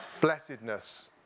blessedness